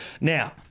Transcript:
now